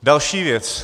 Další věc.